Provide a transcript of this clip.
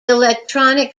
electronic